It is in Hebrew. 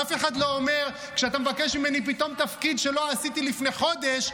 אף אחד לא אומר: כשאתה מבקש ממני פתאום תפקיד שלא עשיתי לפני חודש,